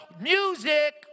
music